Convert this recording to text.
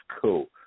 cool